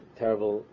terrible